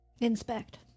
inspect